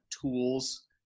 tools